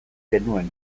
genuen